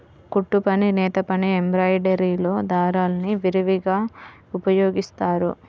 కుట్టుపని, నేతపని, ఎంబ్రాయిడరీలో దారాల్ని విరివిగా ఉపయోగిస్తారు